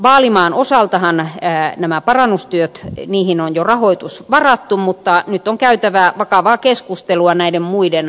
vaalimaan osaltahan näihin parannustöihin on jo rahoitus varattu mutta nyt on käytävä vakavaa keskustelua muiden rajanylityspaikkojen osalta